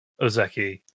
Ozeki